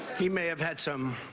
he may have had some.